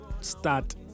start